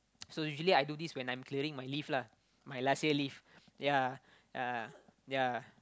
so usually I do this when I'm clearing my leave lah my last year leave ya yeah ya